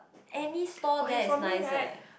any stall there is nice eh